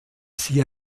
sie